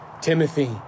Timothy